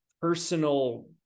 personal